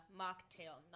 mocktail